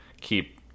keep